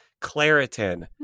claritin